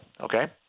Okay